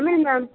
Tamil ma'am